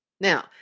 Now